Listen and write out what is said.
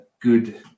good